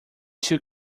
two